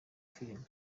filimi